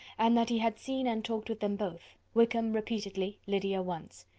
and that he had seen and talked with them both wickham repeatedly, lydia once.